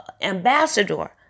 ambassador